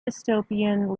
dystopian